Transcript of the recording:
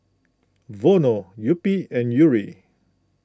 Vono Yupi and Yuri